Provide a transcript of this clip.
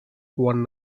one